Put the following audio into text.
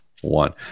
one